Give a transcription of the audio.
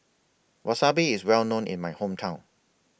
Wasabi IS Well known in My Hometown